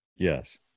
Yes